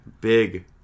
Big